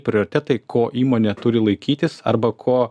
prioritetai ko įmonė turi laikytis arba ko